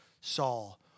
Saul